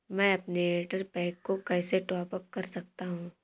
मैं अपने Airtel pack को कैसे टॉप अप कर सकता हूँ?